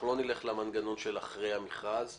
אנחנו לא נלך למנגנון של אחרי המכרז,